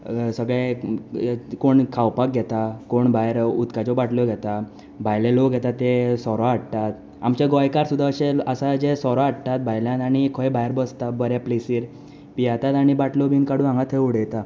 सगळे कोण खावपाक घेता कोण भायर उदकाच्यो बाटल्यो घेता भायले लोक येता ते सोरो हाडटात आमचे गोंयकार सुद्दां अशे आसा जे सोरो हाडटात भायल्यान आनी खंय भायर बसता बऱ्या प्लेसीर पियेतात आनी बाटल्यो बी काडून हांगा थंय उडयता